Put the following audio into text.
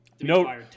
no